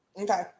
Okay